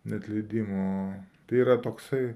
neatleidimo tai yra toksai